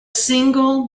single